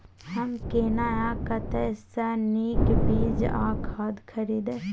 हम केना आ कतय स नीक बीज आ खाद खरीदे?